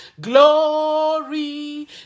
glory